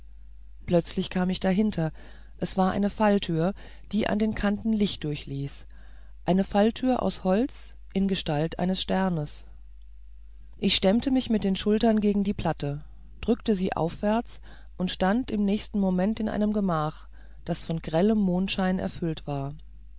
plötzlich kam ich dahinter es war eine falltür die an den kanten licht durchließ eine falltür aus holz in gestalt eines sternes ich stemmte mich mit den schultern gegen die platte drückte sie aufwärts und stand im nächsten moment in einem gemach das von grellem mondschein erfüllt war